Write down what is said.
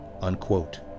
unquote